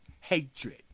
hatred